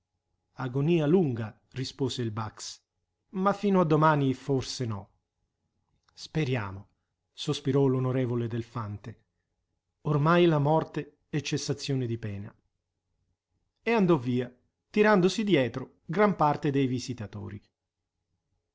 agonia lunga rispose il bax ma fino a domani forse no speriamo sospirò l'onorevole delfante ormai la morte è cessazione di pena e andò via tirandosi dietro gran parte dei visitatori